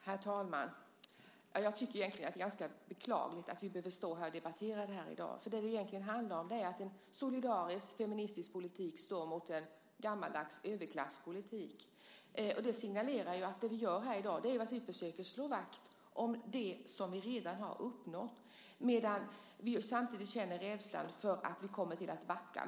Herr talman! Jag tycker egentligen att det är ganska beklagligt att vi behöver stå här och debattera det här i dag. Det handlar egentligen om att en solidarisk feministisk politik står mot en gammaldags överklasspolitik. Det signalerar ju att vi här i dag försöker slå vakt om det som vi redan har uppnått, medan vi samtidigt känner rädslan för att vi kommer att backa.